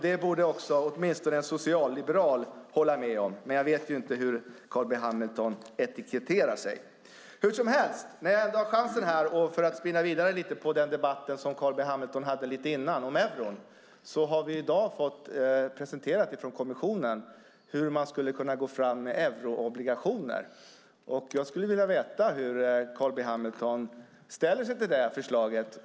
Det borde åtminstone en socialliberal hålla med om, men jag vet ju inte hur Carl B Hamilton etiketterar sig. Låt mig spinna vidare lite på den debatt som Carl B Hamilton hade lite tidigare om euron. Kommissionen har i dag presenterat hur man skulle kunna gå fram med euroobligationer. Jag skulle vilja veta hur Carl B Hamilton ställer sig till det förslaget.